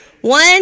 One